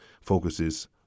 focuses